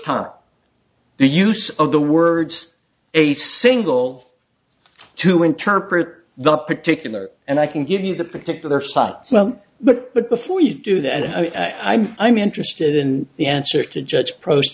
time the use of the words a single to interpret that particular and i can give you the particular spot well but but before you do that and i'm interested in the answer to judge pros